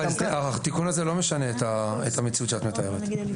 התיקון הזה לא משנה את המציאות שאת מתארת.